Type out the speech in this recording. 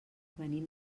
venim